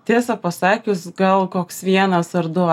tiesą pasakius gal koks vienas ar du